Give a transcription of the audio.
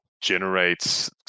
generates